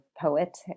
poet